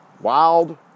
Wild